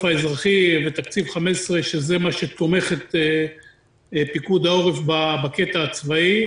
האזרחי ותקציב 15 שזה מה שתומך את פיקוד העורף בקטע הצבאי.